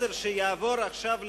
נורא רגיש, וכל מסר שיעבור עכשיו לרשות,